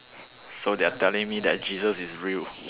so they are telling me that Jesus is real